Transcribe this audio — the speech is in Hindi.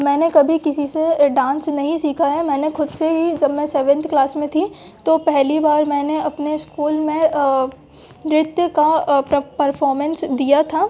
मैंने कभी किसी से डांस नही सीखा है मैंने खुद से ही जब मैं सेवन्थ क्लास में थी तो पहली बार मैंने अपने इस्कूल में नृत्य का परफोमेंस दिया था